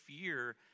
fear